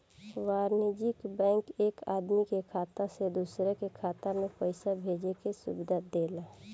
वाणिज्यिक बैंक एक आदमी के खाता से दूसरा के खाता में पईसा भेजे के सुविधा देला